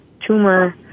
tumor